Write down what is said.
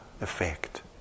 effect